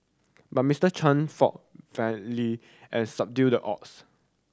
but Mister Chan fought and subdued the odds